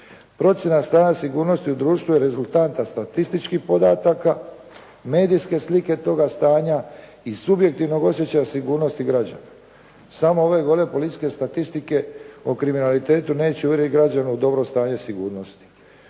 Procjena stanja sigurnosti u društvu je rezultanta statističkih podataka, medijske slike toga stanja i subjektivnog osjećaja sigurnosti građana. Samo ove gole policijske statistike o kriminalitetu neću uvjeriti građane u dobro stanje sigurnosti.